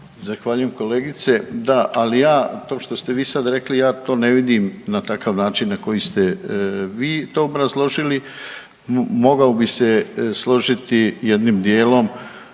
Zahvaljujem kolegice. Da, ali ja to što ste vi sad rekli, ja to ne vidim na takav način na koji ste vi to obrazložili. Mogao bi se složiti jednim dijelim